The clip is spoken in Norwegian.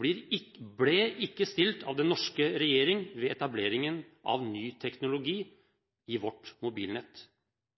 ble ikke stilt av den norske regjeringen ved etableringen av ny teknologi i vårt mobilnett.